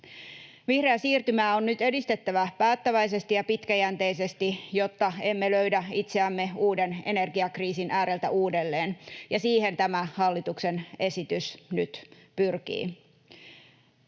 Vihreää siirtymää on nyt edistettävä päättäväisesti ja pitkäjänteisesti, jotta emme löydä itseämme uuden energiakriisin ääreltä uudelleen, ja siihen tämä hallituksen esitys nyt pyrkii.